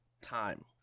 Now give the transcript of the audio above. time